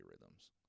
rhythms